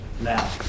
now